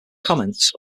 comments